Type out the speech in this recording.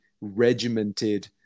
regimented